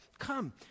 Come